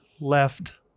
left